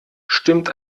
stimmt